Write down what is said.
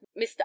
mr